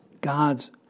God's